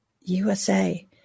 USA